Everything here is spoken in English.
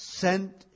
sent